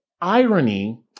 irony